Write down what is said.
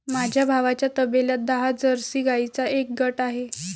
माझ्या भावाच्या तबेल्यात दहा जर्सी गाईंचा एक गट आहे